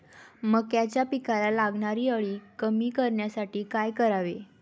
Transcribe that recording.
मक्याच्या पिकाला लागणारी अळी कमी करण्यासाठी काय करावे?